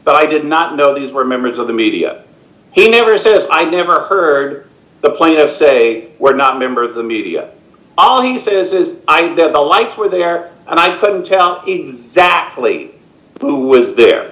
but i did not know these were members of the media he never says i never heard the plaintiff say we're not a member of the media all he says is i know the lights were there and i couldn't tell exactly who was there